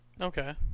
Okay